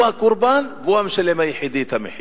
הוא הקורבן, והוא היחידי שמשלם את המחיר.